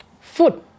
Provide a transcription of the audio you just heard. food